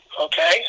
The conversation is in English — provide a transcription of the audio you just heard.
okay